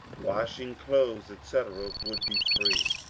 washing clothes, etc, a would be free.